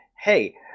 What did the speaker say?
hey